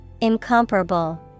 Incomparable